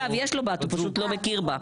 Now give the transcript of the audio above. יש לו בת, דרך אגב, הוא פשוט לא מכיר בה.